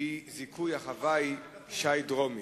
זיכוי החוואי שי דרומי,